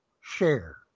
share